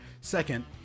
Second